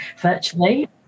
virtually